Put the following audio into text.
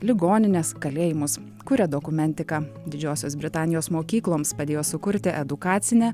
ligonines kalėjimus kuria dokumentiką didžiosios britanijos mokykloms padėjo sukurti edukacinę